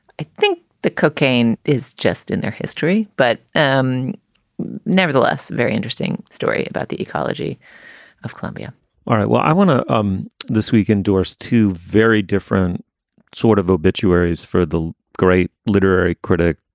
i think the cocaine is just in their history. but um nevertheless, very interesting story about the ecology of colombia all right. well, i want to um this week endorsed two very different sort of obituaries for the great literary critic,